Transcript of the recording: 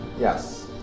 Yes